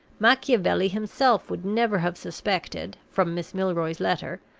machiavelli himself would never have suspected, from miss milroy's letter,